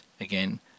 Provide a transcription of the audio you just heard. again